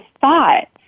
thought